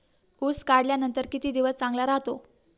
ऊस काढल्यानंतर किती दिवस चांगला राहतो?